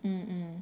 um